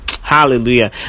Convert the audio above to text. hallelujah